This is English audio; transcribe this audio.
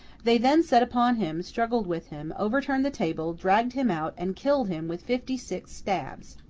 they then set upon him, struggled with him, overturned the table, dragged him out, and killed him with fifty-six stabs.